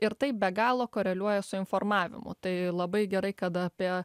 ir tai be galo koreliuoja su informavimu tai labai gerai kad apie